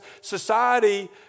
society